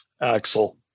Axel